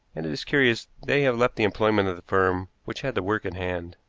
and it is curious they have left the employment of the firm which had the work in hand.